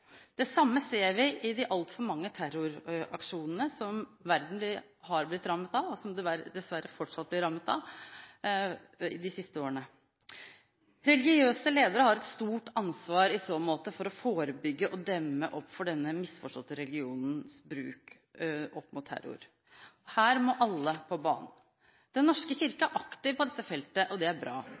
Det samme ser vi i de altfor mange terroraksjonene som verden har blitt – og dessverre fortsatt blir – rammet av de siste årene. Religiøse ledere har et stort ansvar i så måte for å forebygge og demme opp for religion som begrunnelse for terror. Her må alle på banen. Den norske kirke er aktiv på dette feltet, og det er bra.